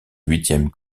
huitième